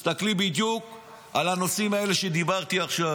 תסתכלי בדיוק על הנושאים האלה שדיברתי עכשיו.